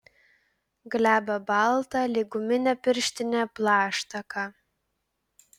glebią baltą lyg guminė pirštinė plaštaką